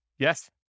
Yes